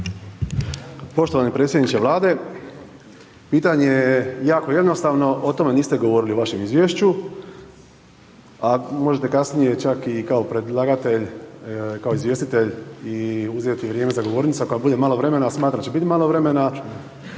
Poštovani predsjedniče vlade, pitanje je jako jednostavno, o tome niste govorili u vašem izvješću, a možete kasnije čak i kao predlagatelj, kao izvjestitelj i uzeti vrijeme za govornicom ako vam bude malo vremena, smatram da će biti malo vremena.